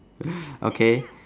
okay